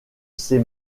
ces